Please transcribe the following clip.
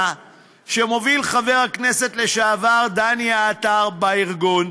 שמוביל חבר הכנסת לשעבר דני עטר בארגון,